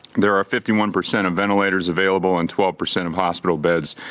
there are fifty one percent of ventilators available in twelve percent of hospital beds.